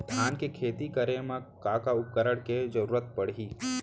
धान के खेती करे मा का का उपकरण के जरूरत पड़हि?